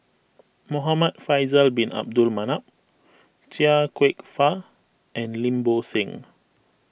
Muhamad Faisal Bin Abdul Manap Chia Kwek Fah and Lim Bo Seng